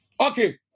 Okay